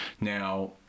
now